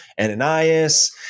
Ananias